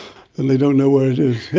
and they don't know where it is.